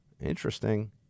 Interesting